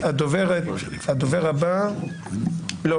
אני מתנצל שלא